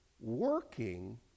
working